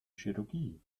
chirurgie